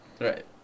Right